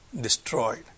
destroyed